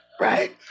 Right